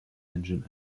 engine